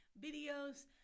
videos